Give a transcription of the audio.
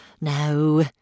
No